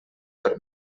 per